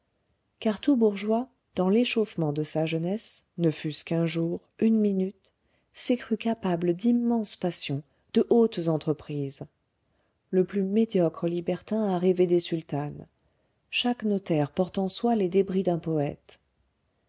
tout bourgeois dans l'échauffement de sa jeunesse ne fût-ce qu'un jour une minute s'est cru capable d'immenses passions de hautes entreprises le plus médiocre libertin a rêvé des sultanes chaque notaire porte en soi les débris d'un poète